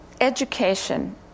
Education